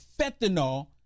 fentanyl